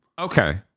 Okay